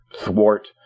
thwart